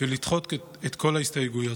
ולדחות את כל ההסתייגויות.